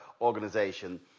organization